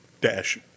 dash